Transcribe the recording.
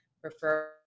prefer